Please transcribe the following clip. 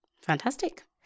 Fantastic